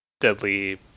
deadly